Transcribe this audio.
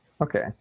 Okay